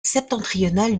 septentrionale